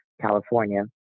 California